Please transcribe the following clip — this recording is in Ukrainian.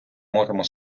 можемо